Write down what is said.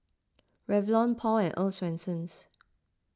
Revlon Paul and Earl's Swensens